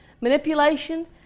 Manipulation